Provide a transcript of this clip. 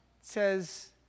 says